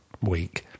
week